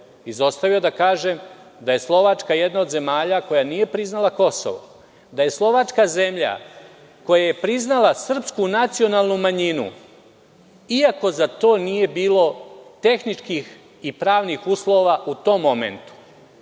izostavio da kažem da je Slovačka jedna od zemalja koja nije priznala Kosovo, da je Slovačka zemlja koja je priznala srpsku nacionalnu manjinu iako za to nije bilo tehničkih i pravnik uslova u tom momentu.